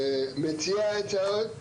מציע הצעות,